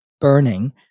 burning